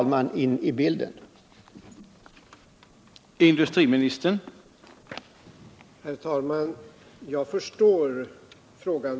Vi förväntar nu att industriministern omgående tar tag i ärendet och leder det till ett beslut som innebär försöksverksamhet i Vannsäter.